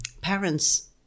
parents